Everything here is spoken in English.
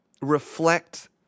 reflect